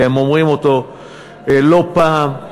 והם אומרים אותו לא פעם,